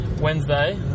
Wednesday